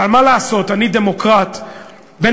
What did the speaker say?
מה לעשות, אני דמוקרט בן